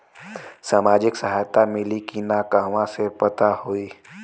सामाजिक सहायता मिली कि ना कहवा से पता होयी?